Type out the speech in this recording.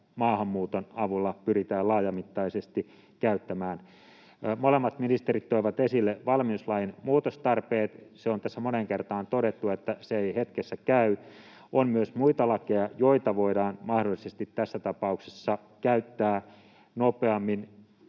maahanmuuton avulla pyritään laajamittaisesti käyttämään. Molemmat ministerit toivat esille valmiuslain muutostarpeet. Se on tässä moneen kertaan todettu, että se ei hetkessä käy. On myös muita lakeja, joita voidaan mahdollisesti tässä tapauksessa käyttää nopeammin.